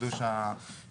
דבר